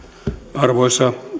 arvoisa